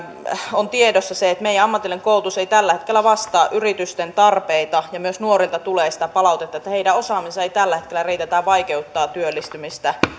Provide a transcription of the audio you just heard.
on tiedossa se että meidän ammatillinen koulutus ei tällä hetkellä vastaa yritysten tarpeita ja myös nuorilta tulee sitä palautetta että heidän osaamisensa ei tällä hetkellä riitä ja tämä vaikeuttaa työllistymistä